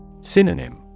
Synonym